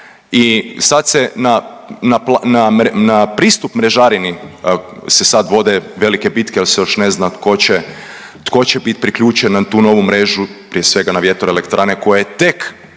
i sad se na pristup mrežarini se sad vode velike bitke jer se još ne zna tko će biti priključen na tu novu mrežu, prije svega na vjetroelektrane koje tek,